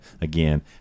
again